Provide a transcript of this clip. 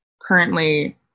currently